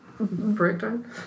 Breakdown